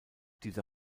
dieser